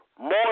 more